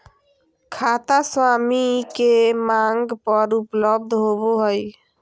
खाता स्वामी के मांग पर उपलब्ध होबो हइ